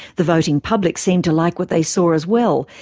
the voting public seemed to like what they saw as well,